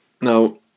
Now